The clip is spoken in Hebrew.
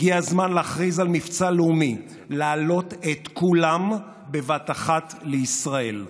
הגיע הזמן להכריז על מבצע לאומי ולהעלות את כולם בבת אחת לישראל,